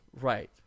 Right